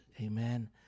Amen